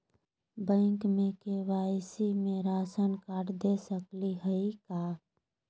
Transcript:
Bank में KYC में ration card दे सकली हई का?